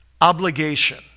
obligation